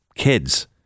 kids